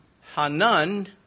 Hanun